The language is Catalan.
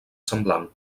semblant